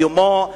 קיומו,